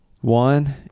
One